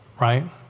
right